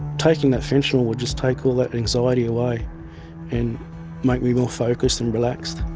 taking that fentanyl would just take all that anxiety away and make me more focused and relaxed.